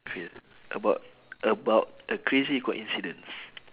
craz~ about about a crazy coincidence